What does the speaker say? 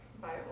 Bible